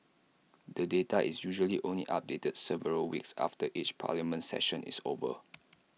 the data is usually only updated several weeks after each parliament session is over